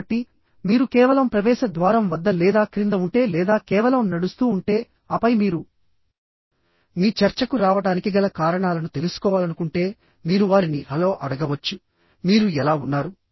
కాబట్టి మీరు కేవలం ప్రవేశ ద్వారం వద్ద లేదా క్రింద ఉంటే లేదా కేవలం నడుస్తూ ఉంటే ఆపై మీరు మీ చర్చకు రావడానికి గల కారణాలను తెలుసుకోవాలనుకుంటే మీరు వారిని హలో అడగవచ్చు మీరు ఎలా ఉన్నారు